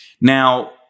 Now